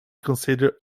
considered